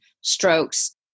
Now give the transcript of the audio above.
strokes